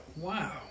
Wow